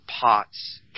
pots